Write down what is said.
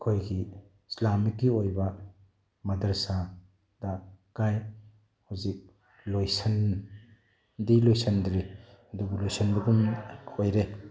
ꯑꯩꯈꯣꯏꯒꯤ ꯏꯁꯂꯥꯃꯤꯛꯀꯤ ꯑꯣꯏꯕ ꯃꯗꯔꯁꯥꯗ ꯀꯥꯏ ꯍꯧꯖꯤꯛ ꯂꯣꯏꯁꯤꯟꯗꯤ ꯂꯣꯏꯁꯤꯟꯗ꯭ꯔꯤ ꯑꯗꯨꯕꯨ ꯂꯣꯏꯁꯤꯟꯕꯒꯨꯝ ꯑꯣꯏꯔꯦ